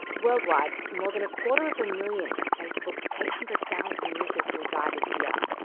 worldwide more than a quarter of a million of facebook's eight hundred thousand users will die this year.